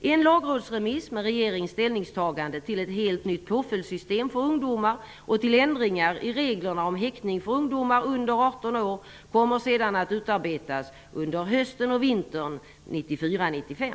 En lagrådsremiss med regeringens ställningstagande till ett helt nytt påföljdssystem för ungdomar och till ändringar i reglerna om häktning av ungdomar under 18 år kommer sedan att utarbetas under hösten och vintern 1994/95.